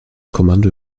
kommando